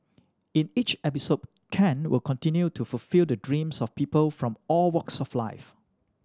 in each episode Ken will continue to fulfil the dreams of people from all walks of life